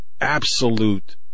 absolute